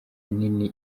nini